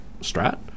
strat